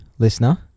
listener